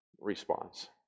response